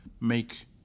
make